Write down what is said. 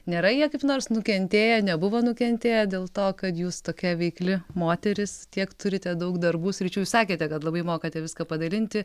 nėra jie kaip nors nukentėję nebuvo nukentėję dėl to kad jūs tokia veikli moteris tiek turite daug darbų sričių jūs sakėte kad labai mokate viską padalinti